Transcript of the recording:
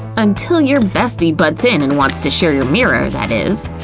until your bestie butts in and wants to share your mirror, that is.